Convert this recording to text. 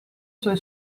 suoi